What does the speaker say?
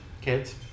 kids